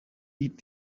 eat